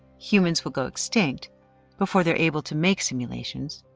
humans will go extinct before they're able to make simulations.